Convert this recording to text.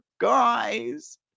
Guys